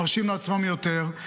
מרשים לעצמם יותר,